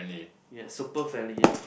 ya super friendly ah